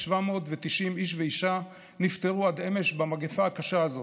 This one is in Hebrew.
5,790 איש ואישה נפטרו עד אמש במגפה הקשה הזאת,